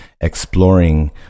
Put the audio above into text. exploring